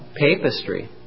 papistry